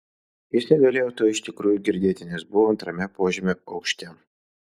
jis negalėjo to iš tikrųjų girdėti nes buvo antrame požemio aukšte